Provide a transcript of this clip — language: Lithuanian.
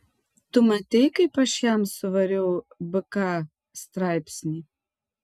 tu matei kaip aš jam suvariau bk straipsnį